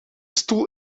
stoel